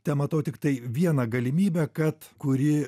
tematau tiktai vieną galimybę kad kuri